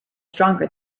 stronger